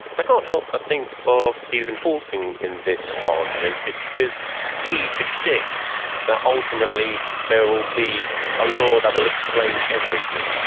i can't help but think of stephen hawking in this argument because he predicts that ultimately there will be a law that will explain everything.